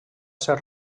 ser